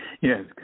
Yes